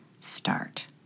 start